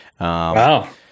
wow